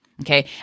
Okay